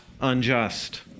unjust